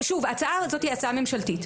ההצעה הזו היא הצעה ממשלתית.